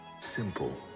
Simple